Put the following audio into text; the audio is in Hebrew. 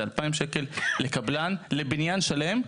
זה עלות של סך הכל 2000 שקל לקבלן לבניין שלם.